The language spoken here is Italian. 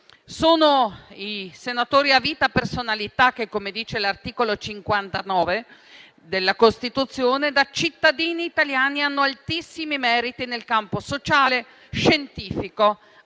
sì. I senatori a vita sono personalità che, come dice l'articolo 59 della Costituzione, da cittadini italiani hanno altissimi meriti nel campo sociale, scientifico,